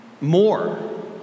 more